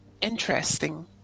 interesting